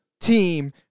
team